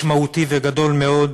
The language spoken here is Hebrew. משמעותי וגדול מאוד,